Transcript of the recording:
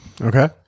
okay